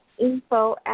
info